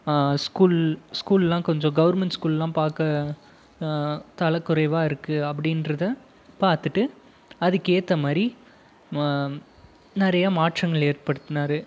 school ஸ்கூல்லாம் கொஞ்சம் government ஸ்கூல்லாம் பார்க்க தல குறைவாக இருக்கு அப்படின்றத பார்த்துட்டு அதுக்கு ஏற்ற மாதிரி மா நிறையா மாற்றங்கள் ஏற்படுத்துனார்